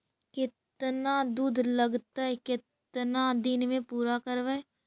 केतना शुद्ध लगतै केतना दिन में पुरा करबैय?